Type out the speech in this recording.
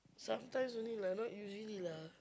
sometimes only lah not usually lah